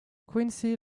quincy